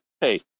Hey